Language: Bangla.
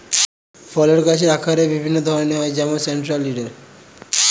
ফলের গাছের আকারের বিভিন্ন ধরন হয় যেমন সেন্ট্রাল লিডার